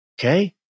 Okay